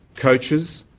coaches,